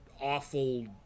awful